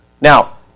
Now